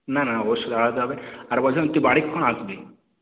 না না অবশ্যই দাঁড়াতে হবে আর বলছিলাম তুই বাড়ি কখন আসবি